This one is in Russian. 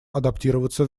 адаптироваться